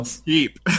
Cheap